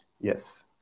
yes